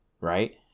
right